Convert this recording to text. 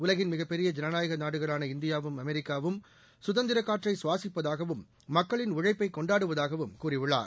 உலகின் மிகப் பெரிய ஜனநாயக நாடுகளான இந்தியாவும் அமெரிக்காவும் சுதந்திரக் காற்றை சுவாசிப்பதாகவும் மக்களின் உழைப்பை கொண்டாடுவதாகவும் கூறியுள்ளார்